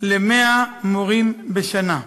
ל-100 מורים בשנה.